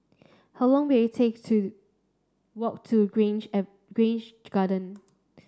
how long will it take to walk to Grange Grange Garden